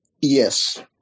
Yes